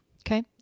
Okay